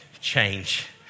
change